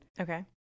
Okay